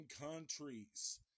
countries